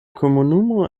komunumo